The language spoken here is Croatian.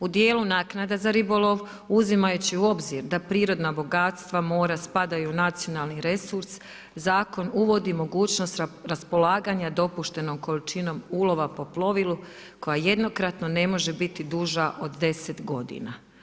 U dijelu naknada za ribolov, uzimajući u obzir da prirodna bogatstva mora spadaju u nacionalni resurs, zakon uvodi mogućnost raspolaganja dopuštenom količinom ulova po plovilu koja jednokratno ne može biti duža od 10 godina.